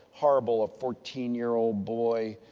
horrible a fourteen year old boy,